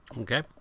Okay